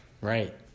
Right